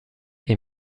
est